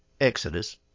Exodus